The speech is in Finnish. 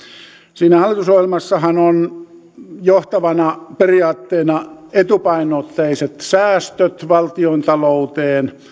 siinä hallitusohjelmassahan ovat johtavana periaatteena etupainotteiset säästöt valtiontalouteen